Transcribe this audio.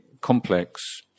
complex